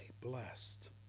blessed